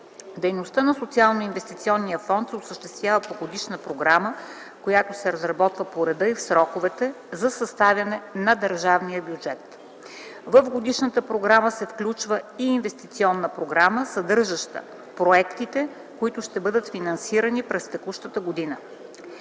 Дейността на Социалноинвестиционния фонд се осъществява по годишна програма, която се разработва по реда и в сроковете за съставяне на държавния бюджет. В годишната програма се включва и инвестиционна програма, съдържаща проектите, които ще бъдат финансирани през текущата година.